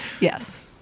Yes